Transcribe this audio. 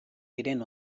diren